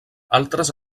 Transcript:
altres